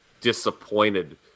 disappointed